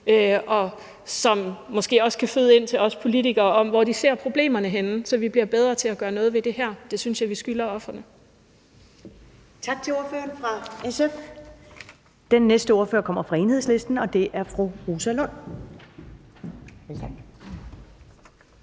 hvilket måske også kan fødes ind til os politikere, så vi bliver bedre til at gøre noget ved det her. Det synes jeg vi skylder ofrene.